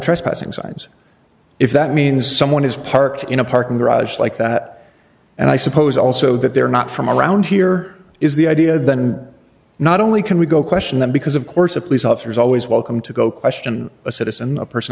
trespassing signs if that means someone is parked in a parking garage like that and i suppose also that they're not from around here is the idea then not only can we go question them because of course a police officer is always welcome to go question a citizen a person